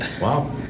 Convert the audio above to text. Wow